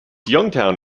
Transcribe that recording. youngstown